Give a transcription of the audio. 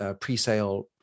pre-sale